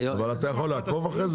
אבל אתה יכול לעקוב אחרי זה?